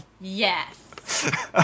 Yes